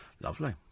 Lovely